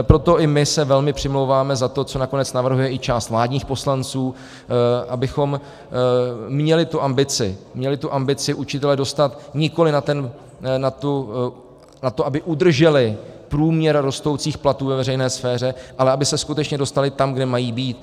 Proto i my se velmi přimlouváme za to, co nakonec navrhuje i část vládních poslanců, abychom měli tu ambici učitele dostat nikoliv na to, aby udrželi průměr rostoucích platů ve veřejné sféře, ale aby se skutečně dostali tam, kde mají být.